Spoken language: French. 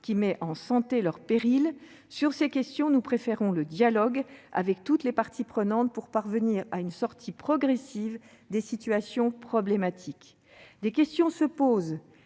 qui met en péril leur santé. Sur ces questions, nous préférons le dialogue avec toutes les parties prenantes pour parvenir à une sortie progressive des situations problématiques. Des questions se posent